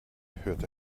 hört